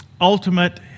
ultimate